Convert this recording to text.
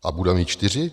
A bude mít čtyři.